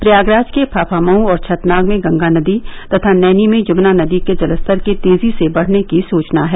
प्रयागराज के फाफामऊ और छतनाग में गंगा नदी तथा नैनी में यमुना नदी के जलस्तर के तेजी से बढ़ने की सूचना है